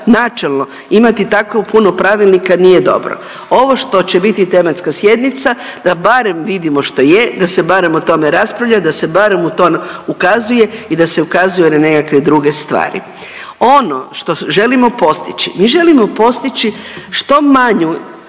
načelno imati tako puno pravilnika nije dobro. Ovo što će biti tematska sjednica da barem vidimo što je, da se barem o tome raspravlja, da se barem u to ukazuje i da se ukazuje na nekakve druge stvari. Ono što želimo postići, mi želimo postići što manju,